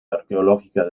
arqueológica